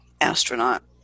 astronaut